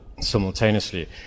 simultaneously